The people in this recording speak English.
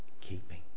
keeping